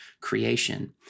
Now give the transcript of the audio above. creation